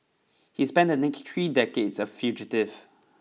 he spent the next three decades a fugitive